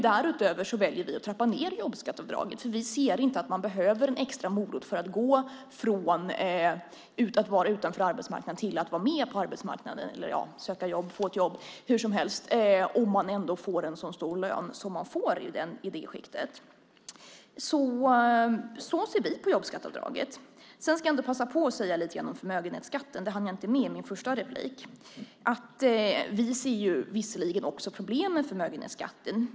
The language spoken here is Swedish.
Därutöver väljer vi att trappa ned jobbskatteavdraget eftersom vi inte ser att man behöver en extra morot för att gå från att vara utanför arbetsmarknaden till att vara med på arbetsmarknaden, söka och få ett jobb, om man ändå får en så stor lön som man får i det skiktet. Så ser vi på jobbskatteavdraget. Jag ska passa på att säga något om förmögenhetsskatten. Det hann jag inte med i min första replik. Vi ser visserligen också problemen med förmögenhetsskatten.